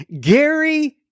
Gary